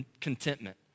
contentment